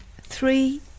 Three